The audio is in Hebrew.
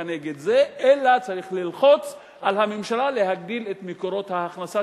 נגד זה אלא צריך ללחוץ על הממשלה להגדיל את מקורות ההכנסה